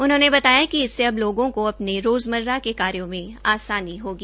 उन्होंने बताया कि हससे अब लोगों को रोजमर्रा के कार्यो मे आसानी होगी